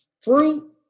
fruit